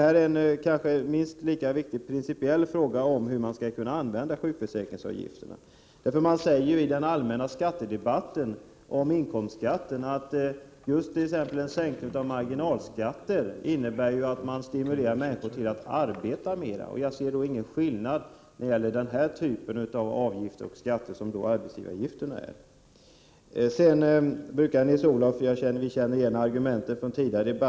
Hur man skall använda sjukförsäkringsavgifterna är en minst lika viktig principiell fråga. I den allmänna debatten om inskomstskatten säger man ju att en sänkning av marginalskatten innebär att människor stimuleras att arbeta mera, och jag ser ingen skillnad beträffande den typ av skatter som arbetsgivaravgiften utgör. Vi känner igen argumenten från tidigare debatter.